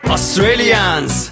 Australians